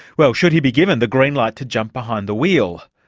well, should he be given the green light to jump behind the wheel?